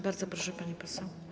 Bardzo proszę, pani poseł.